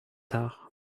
tard